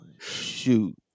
shoot